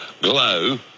glow